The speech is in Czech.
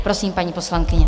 Prosím, paní poslankyně.